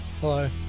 Hello